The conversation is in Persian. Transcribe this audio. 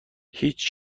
هیچ